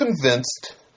convinced